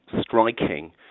striking